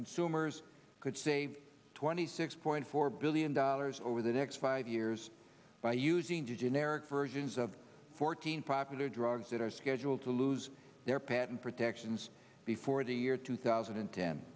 consumers could save twenty six point four billion dollars over the next five years by using to generic versions of fourteen popular drugs that are scheduled to lose their patent protections before the year two thousand and ten